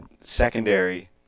secondary